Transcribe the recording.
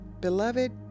Beloved